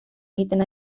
egiten